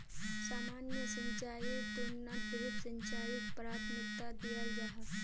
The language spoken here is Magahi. सामान्य सिंचाईर तुलनात ड्रिप सिंचाईक प्राथमिकता दियाल जाहा